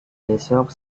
besok